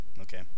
Okay